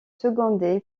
secondé